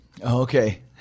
Okay